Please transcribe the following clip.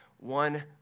One